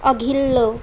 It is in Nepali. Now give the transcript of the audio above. अघिल्लो